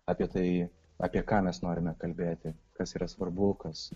apie tai apie ką mes norime kalbėti kas yra svarbu kas